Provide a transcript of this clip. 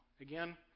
Again